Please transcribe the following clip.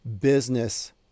business